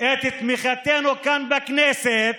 את תמיכתנו כאן בכנסת,